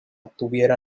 tuviera